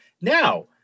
now